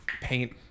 Paint